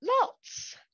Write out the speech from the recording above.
lots